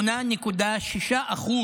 8.6%,